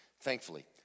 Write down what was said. thankfully